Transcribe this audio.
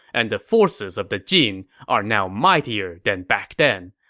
and the forces of the jin are now mightier than back then.